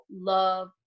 love